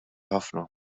ħafna